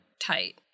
tight